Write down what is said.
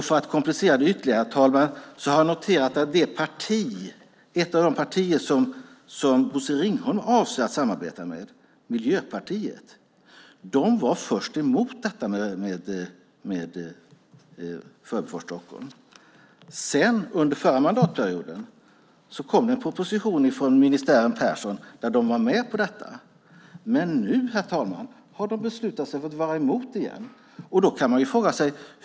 För att komplicera det ytterligare, herr talman, har jag noterat att ett av de partier som Bosse Ringholm avser att samarbeta med, Miljöpartiet, först var emot Förbifart Stockholm. Under förra mandatperioden kom en proposition från ministären Persson där Miljöpartiet var med på det. Men nu, herr talman, har man beslutat sig för att vara emot det igen.